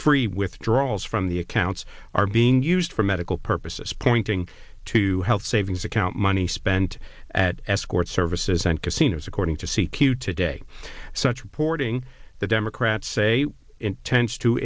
free withdrawals from the accounts are being used for medical purposes pointing to health savings account money spent at escort services and casinos according to c q today such reporting the democrats say intends to